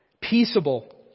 Peaceable